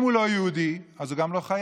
אם הוא לא יהודי אז הוא גם לא חייב.